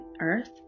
earth